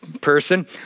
person